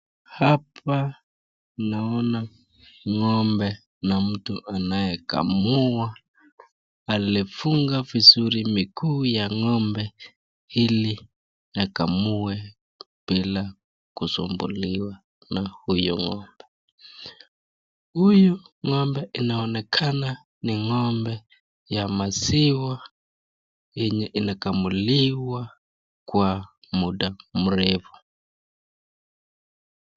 Hapa ninaona ngombe na mtu anayekamua alifunga vizuri miguu ya ngombe ili akamue bila kusumbuliwa na huyu ng'ombe, huyu ngombe inaonekana ni ngombe ya maziwa yenye imekamuliwa kwa muda mrefu.